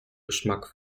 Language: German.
geschmack